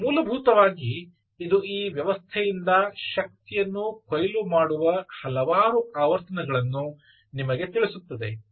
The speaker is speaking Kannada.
ಮತ್ತು ಮೂಲಭೂತವಾಗಿ ಇದು ಈ ವ್ಯವಸ್ಥೆಯಿಂದ ಶಕ್ತಿಯನ್ನು ಕೊಯ್ಲು ಮಾಡುವ ಹಲವಾರು ಆವರ್ತನಗಳನ್ನು ನಿಮಗೆ ತಿಳಿಸುತ್ತದೆ